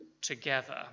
together